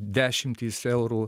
dešimtys eurų